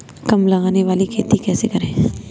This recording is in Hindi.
कम लागत वाली खेती कैसे करें?